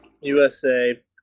USA